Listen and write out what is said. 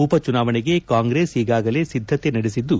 ಉಪ ಚುನಾವಣೆಗೆ ಕಾಂಗ್ರೆಸ್ ಈಗಾಗಲೇ ಸಿದ್ದತೆ ನಡೆಸಿದ್ದು